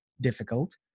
difficult